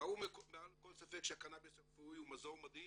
ברור מעל לכל ספק שהקנאביס הרפואי הוא מזור מדהים